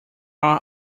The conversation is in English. are